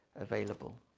available